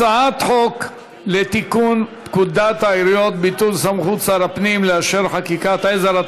הצעת חוק לתיקון פקודת העיריות (ביטול סמכות שר הפנים לאשר חקיקת עזר),